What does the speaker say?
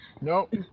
Nope